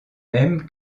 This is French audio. mêmes